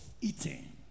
eating